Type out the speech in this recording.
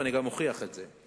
ואני גם אוכיח את זה.